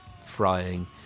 frying